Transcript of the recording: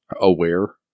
aware